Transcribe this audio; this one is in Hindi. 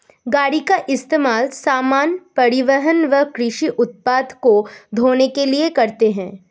गाड़ी का इस्तेमाल सामान, परिवहन व कृषि उत्पाद को ढ़ोने के लिए करते है